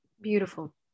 Beautiful